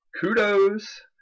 kudos